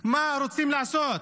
מה רוצים לעשות?